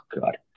god